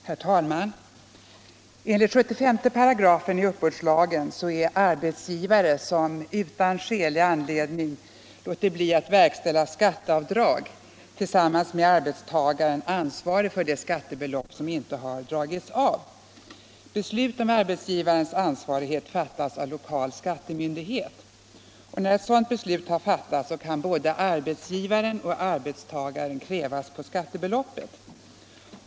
Herr talman! Enligt 75 § i uppbördslagen är arbetsgivare som utan skälig anledning låtit bli att verkställa skatteavdrag tillsammans med arbetstagaren ansvarig för det skattebelopp som inte har dragits av. Beslut om arbetsgivares ansvarighet fattas av lokal skattemyndighet. När sådant beslut fattats kan både arbetsgivaren och arbetstagaren krävas på skattebeloppet.